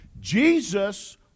Jesus